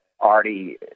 already